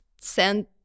send